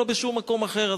ולא בשום מקום אחר.